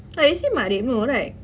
but is he matrep no right